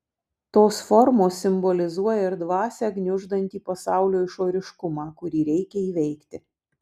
tos formos simbolizuoja ir dvasią gniuždantį pasaulio išoriškumą kurį reikia įveikti